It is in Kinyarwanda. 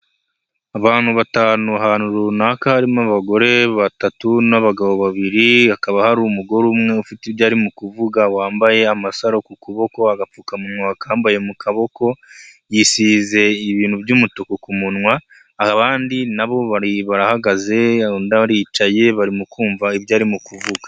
Abantu batanu ahantu runaka, harimo abagore batatu n'abagabo babiri, hakaba hari umugore umwe ufite ibyo arimo kuvuga, wambaye amasaro ku kuboko, agapfukamunwa akambaye mu kaboko, yisize ibintu by'umutuku ku munwa, abandi na bo barahagaze, undi aricaye barimo kumva ibyo arimo kuvuga.